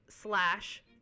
slash